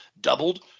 doubled